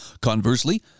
Conversely